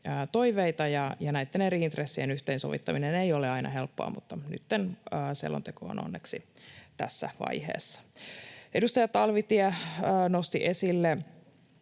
toiveita. Näitten eri intressien yhteensovittaminen ei ole aina helppoa, mutta nytten selonteko on onneksi tässä vaiheessa. Edustaja Talvitie nosti esille